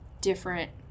different